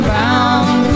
bound